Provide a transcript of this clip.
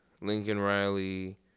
Lincoln-Riley